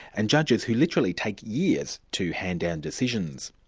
and judges who literally take years to hand down decisions.